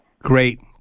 Great